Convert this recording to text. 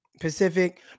Pacific